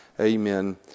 Amen